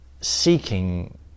seeking